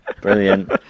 Brilliant